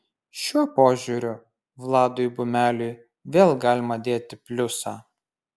šiuo požiūriu vladui bumeliui vėl galima dėti pliusą